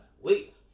Wait